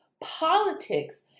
politics